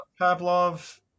Pavlov